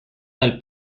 del